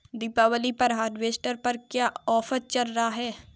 दीपावली पर हार्वेस्टर पर क्या ऑफर चल रहा है?